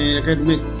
academic